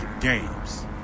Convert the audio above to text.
games